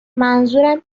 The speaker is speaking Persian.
منظورم